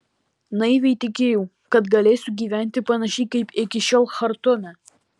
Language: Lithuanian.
naiviai tikėjau kad galėsiu gyventi panašiai kaip iki šiol chartume